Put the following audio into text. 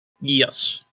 Yes